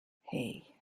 hey